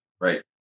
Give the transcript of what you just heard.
Right